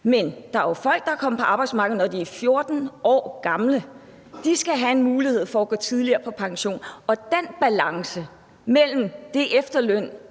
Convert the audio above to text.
Men der er jo folk, der er kommet på arbejdsmarkedet, da de var 14 år gamle. De skal have en mulighed for at gå tidligere på pension. Og i forhold til den efterløn,